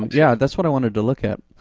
yeah, that's what i wanted to look at.